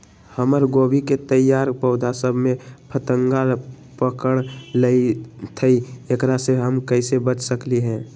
हमर गोभी के तैयार पौधा सब में फतंगा पकड़ लेई थई एकरा से हम कईसे बच सकली है?